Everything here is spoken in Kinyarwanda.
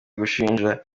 gushinja